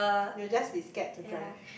you'll just be scared to drive